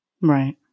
Right